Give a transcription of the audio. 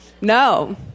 No